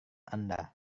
anda